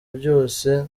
byose